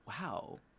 Wow